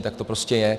Tak to prostě je.